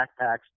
backpacks